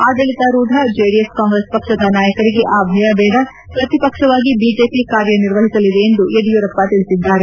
ಆಡಳಿತಾರೂಢ ಜೆಡಿಎಸ್ ಕಾಂಗ್ರೆಸ್ ಪಕ್ಷದ ನಾಯುಕರಿಗೆ ಆ ಭಯ ಬೇಡ ಪ್ರತಿಪಕ್ಷವಾಗಿ ಬಿಜೆಪಿ ಕಾರ್ಯನಿರ್ವಹಿಸಲಿದೆ ಎಂದು ಯಡಿಯೂರಪ್ಪ ತಿಳಿಸಿದರು